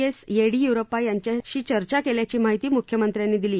S Yediyurappa यांच्याशी चर्चा केल्याची माहिती मुख्यमंत्र्यांनी दिली